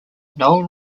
noel